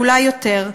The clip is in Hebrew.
ואולי יותר.